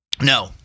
No